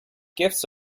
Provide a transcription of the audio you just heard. gifts